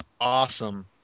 awesome